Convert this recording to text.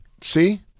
See